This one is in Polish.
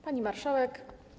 Pani Marszałek!